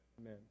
Amen